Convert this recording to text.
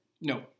No